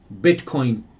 Bitcoin